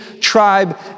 tribe